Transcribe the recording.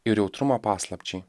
ir jautrumą paslapčiai